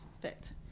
fit